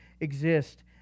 exist